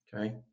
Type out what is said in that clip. okay